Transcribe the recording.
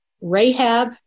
Rahab